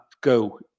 go